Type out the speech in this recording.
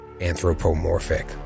anthropomorphic